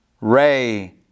Ray